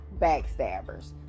backstabbers